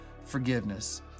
forgiveness